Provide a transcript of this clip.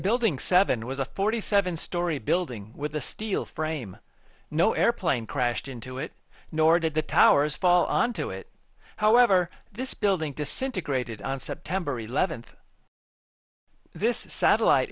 building seven was a forty seven story building with a steel frame no airplane crashed into it nor did the towers fall onto it however this building disintegrated on september eleventh this satellite